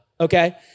okay